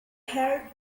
held